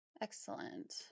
Excellent